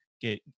get